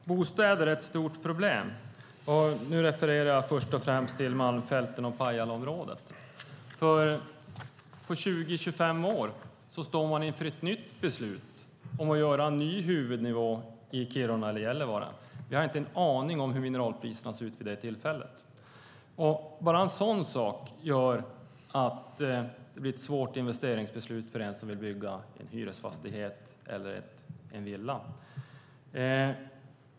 Fru talman! Bostäder är ett stort problem. Nu refererar jag först och främst till Malmfälten och Pajalaområdet. Om 20-25 år står man inför ett nytt beslut om en ny huvudnivå i Kiruna eller Gällivare. Vi har inte en aning om hur mineralpriserna ser ut vid det tillfället. Bara en sådan sak gör att det blir ett svårt investeringsbeslut för den som vill bygga en hyresfastighet eller en villa.